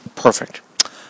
Perfect